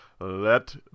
Let